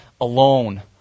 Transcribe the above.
alone